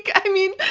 i mean,